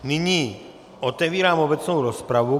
Nyní otevírám obecnou rozpravu.